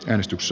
äänestys